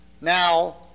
now